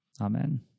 Amen